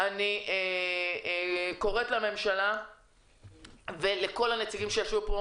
אני קוראת לממשלה ולכל הנציגים שישבו פה